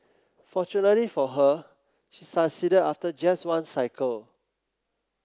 fortunately for her she succeeded after just one cycle